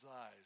eyes